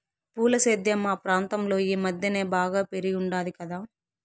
పూల సేద్యం మా ప్రాంతంలో ఈ మద్దెన బాగా పెరిగుండాది కదా